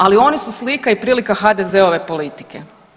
Ali oni su slika i prilika HDZ-ove politike.